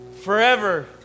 Forever